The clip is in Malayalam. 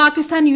പാകിസ്ഥാൻ യു